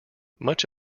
much